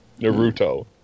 Naruto